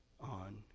on